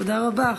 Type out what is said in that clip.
תודה רבה.